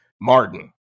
Martin